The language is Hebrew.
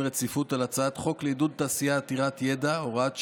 רציפות על הצעת חוק לעידוד תעשייה עתירת ידע (הוראת שעה),